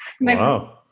Wow